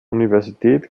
universität